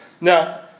Now